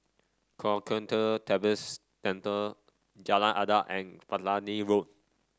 Kwan Yam Theng Buddhist Temple Jalan Adat and Platina Road